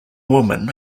women